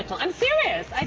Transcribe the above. ah um serious